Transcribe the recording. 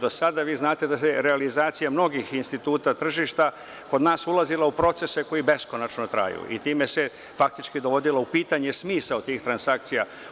Do sada, vi znate da je realizacija mnogih instituta tržišta kod nas ulazila u procese koji beskonačno traju i time se faktički dovodilo u pitanje smisao tih transakcija.